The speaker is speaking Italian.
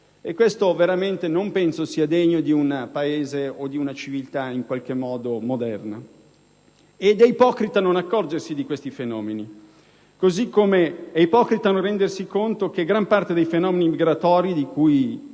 veramente non credo sia degno di un Paese o di una civiltà moderni. Ed è ipocrita non accorgersi di questi fenomeni, così come è ipocrita non rendersi conto che gran parte dei fenomeni migratori di cui